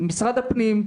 משרד הפנים.